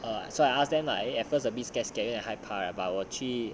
err so I ask them lah at first a bit scared scared 有点害怕 right but 我去